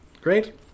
Great